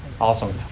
Awesome